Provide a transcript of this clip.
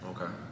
Okay